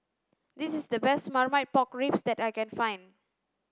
this is the best marmite pork ribs that I can find